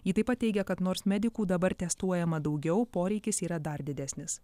ji taip pat teigia kad nors medikų dabar testuojama daugiau poreikis yra dar didesnis